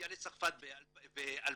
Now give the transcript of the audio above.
הגיע לצרפת ב-2015